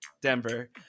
denver